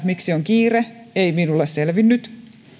miksi on kiire ei minulle selvinnyt